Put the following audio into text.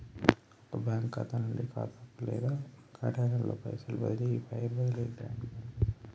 ఒక బ్యాంకు ఖాతా నుండి ఖాతాకు లేదా కార్యాలయంలో పైసలు బదిలీ ఈ వైర్ బదిలీ ద్వారా చేస్తారట